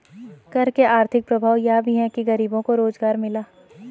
कर के आर्थिक प्रभाव यह भी है कि गरीबों को रोजगार मिला